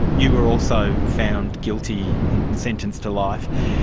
you were also found guilty and sentenced to life.